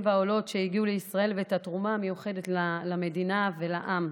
והעולות שהגיעו לישראל ואת התרומה המיוחדת למדינה ולעם.